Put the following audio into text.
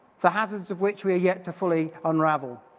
the hazards of which we are yet to fully unravel.